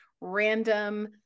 random